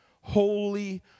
holy